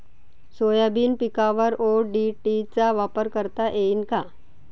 Soybean पिकावर ODT चा वापर करता येईन का?